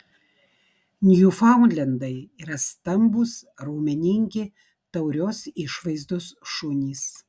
niufaundlendai yra stambūs raumeningi taurios išvaizdos šunys